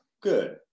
good